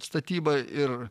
statybą ir